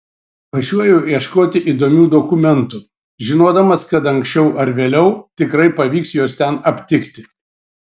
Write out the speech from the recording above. važiuoju ieškoti įdomių dokumentų žinodamas kad anksčiau ar vėliau tikrai pavyks juos ten aptikti